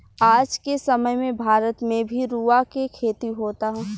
आज के समय में भारत में भी रुआ के खेती होता